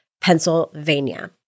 Pennsylvania